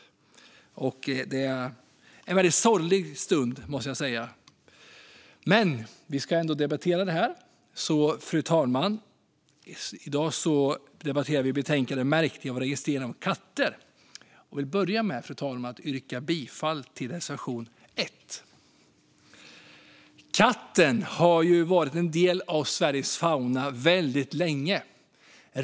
Detta är en väldigt sorglig stund, måste jag säga. Men det är ändå något annat vi ska debattera. Fru talman! I dag debatterar vi betänkandet Märkning och registrering av katter . Jag vill börja med att yrka bifall till reservation 1. Katten har varit en del av Sveriges fauna väldigt länge.